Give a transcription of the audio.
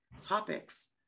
topics